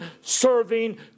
serving